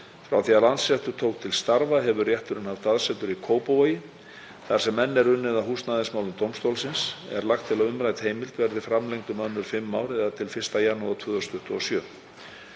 Frá því að Landsréttur tók til starfa hefur rétturinn haft aðsetur í Kópavogi. Þar sem enn er unnið að húsnæðismálunum dómstólsins er lagt til að umrædd heimild verði framlengd um önnur fimm ár eða til 1. janúar 2027.